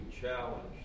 challenged